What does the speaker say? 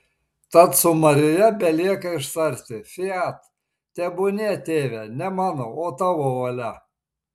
tad su marija belieka ištarti fiat tebūnie tėve ne mano o tavo valia